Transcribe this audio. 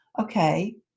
Okay